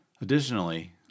Additionally